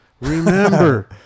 remember